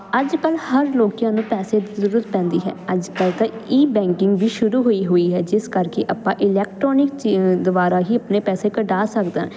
ਅੱਜ ਕੱਲ੍ਹ ਹਰ ਲੋਕ ਆਂ ਨੂੰ ਪੈਸੇ ਦੀ ਜ਼ਰੂਰਤ ਪੈਂਦੀ ਹੈ ਅੱਜ ਕੱਲ੍ਹ ਤਾਂ ਈ ਬੈਂਕਿੰਗ ਵੀ ਸ਼ੁਰੂ ਹੋਈ ਹੋਈ ਹੈ ਜਿਸ ਕਰਕੇ ਆਪਾਂ ਇਲੈਕਟਰੋਨਿਕ ਚੀ ਦੁਆਰਾ ਹੀ ਆਪਣੇ ਪੈਸੇ ਕਢਾ ਸਕਦਾ